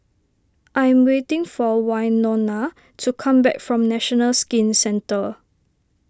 I am waiting for Wynona to come back from National Skin Centre